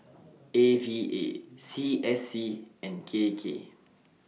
A V A C S C and K K